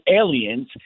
aliens